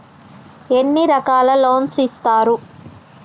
ఎన్ని రకాల లోన్స్ ఇస్తరు?